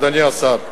אדוני השר.